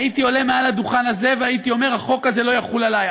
הייתי עולה לדוכן הזה והייתי אומר: החוק הזה לא יחול עליי,